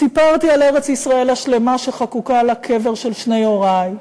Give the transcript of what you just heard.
סיפרתי על "ארץ-ישראל השלמה" שחקוקה על הקבר של שני הורי,